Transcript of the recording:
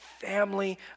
family